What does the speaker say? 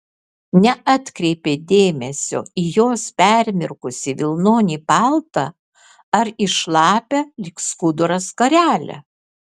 neatkreipė dėmesio į jos permirkusį vilnonį paltą ar į šlapią lyg skuduras skarelę